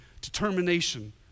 Determination